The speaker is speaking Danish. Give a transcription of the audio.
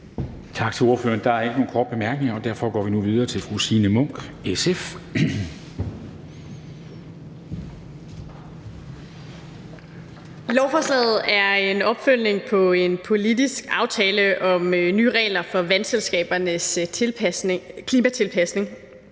Tak til ordføreren. Der er ikke nogen korte bemærkninger, og derfor går vi nu videre til fru Signe Munk, SF. Kl. 10:58 (Ordfører) Signe Munk (SF): Lovforslaget er en opfølgning på en politisk aftale om nye regler for vandselskabernes klimatilpasning,